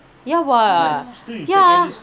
ya what ya